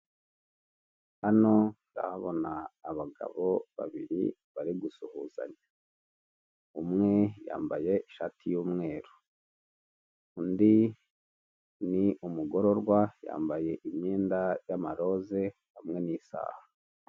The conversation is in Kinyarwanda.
Ibiganza bibiri bifashe inote nyinshi zikoreshwa mu gihugu cy'ubuhinde kurizo hariho umugabo ugeze mu za bukuru wambaye amadarubindi ndetse n'agapira k'umweru.